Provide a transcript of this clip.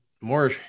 More